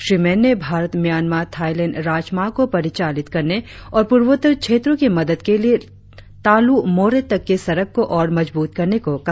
श्री मेन ने Bharat Myanmar Thailand राजमार्ग को परिचालित करने और पूर्वोत्तर क्षेत्रों की मदद के लिए तालू मोरेह तक की सड़क को और मजबूत करने को कहा